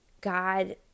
God